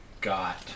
got